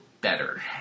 better